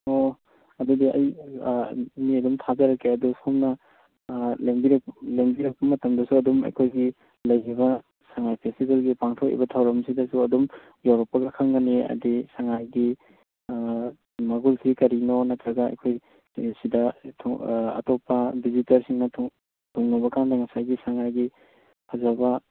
ꯑꯣ ꯑꯗꯨꯗꯤ ꯑꯩ ꯃꯤ ꯑꯗꯨꯝ ꯊꯥꯖꯔꯛꯀꯦ ꯑꯗꯣ ꯁꯣꯝꯅ ꯂꯦꯡꯕꯤꯔꯛꯄ ꯃꯇꯝꯗꯁꯨ ꯑꯗꯨꯝ ꯑꯩꯈꯣꯏꯒꯤ ꯂꯩꯔꯤꯕ ꯁꯉꯥꯏ ꯐꯦꯁꯇꯤꯚꯦꯜꯒꯤ ꯄꯥꯡꯊꯣꯛꯏꯕ ꯊꯧꯔꯝꯁꯤꯗꯁꯨ ꯑꯗꯨꯝ ꯌꯧꯔꯛꯄꯒ ꯈꯪꯒꯅꯤ ꯍꯥꯏꯗꯤ ꯁꯉꯥꯏꯒꯤ ꯃꯒꯨꯟꯁꯤ ꯀꯔꯤꯅꯣ ꯅꯠꯇꯔꯒ ꯑꯩꯈꯣꯏ ꯁꯤꯗ ꯑꯇꯣꯞꯄ ꯚꯤꯖꯤꯇꯔꯁꯤꯡꯅ ꯊꯨꯡꯉꯕ ꯀꯥꯟꯗ ꯉꯁꯥꯏꯒꯤ ꯁꯉꯥꯏꯒꯤ ꯐꯖꯕ